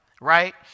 right